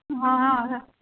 हँ हँ